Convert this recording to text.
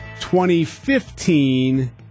2015